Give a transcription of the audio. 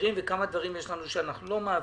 מעבירים וכמה דברים אנחנו לא מעבירים?